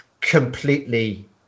completely